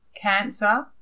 cancer